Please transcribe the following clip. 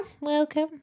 welcome